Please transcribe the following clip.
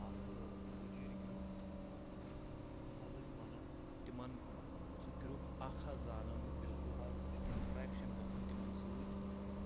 اَکھٕ گُجِر گرُپ یِمن حظ أسۍ وَنو تِمن سُہ گرُپ اکھ حظ زانان بہٕ بالکُل حظ چھُ اِنٹرٛیکشَن گژھان تِمن سۭتۍ